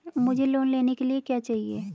मुझे लोन लेने के लिए क्या चाहिए?